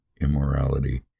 immorality